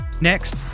Next